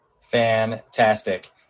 Fantastic